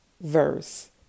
verse